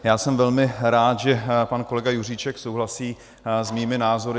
Já jsem velmi rád, že pan kolega Juříček souhlasí s mými názory.